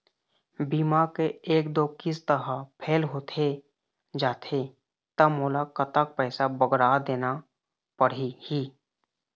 बीमा के एक दो किस्त हा फेल होथे जा थे ता मोला कतक पैसा बगरा देना पड़ही ही?